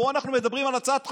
פה אנחנו מדברים על הצעת חוק.